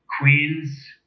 Queens